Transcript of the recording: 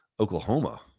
Oklahoma